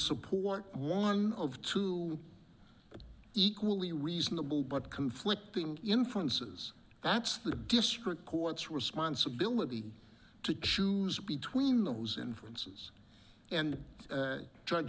support one of two equally reasonable but conflicting influences that's the district court's responsibility to choose between those influences and drug